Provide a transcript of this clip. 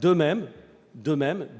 De même,